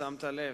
ששמת לב,